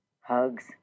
hugs